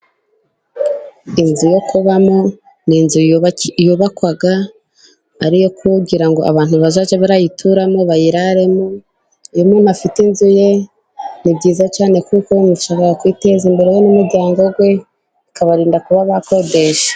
Inzu yo kubamo, ni inzu yubakwa, ari iyo kugira ngo abantu bazajye bayituramo, bayiraremo, iyo umuntu ufite inzu ye, ni byiza cyane kuko bashobora kwiteza imbere we n'umuryango we, bikabarinda kuba bakodesha.